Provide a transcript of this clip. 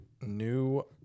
new